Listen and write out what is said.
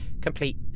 complete